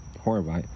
horrible